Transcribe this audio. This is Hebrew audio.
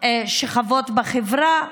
שכבות בחברה,